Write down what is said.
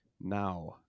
now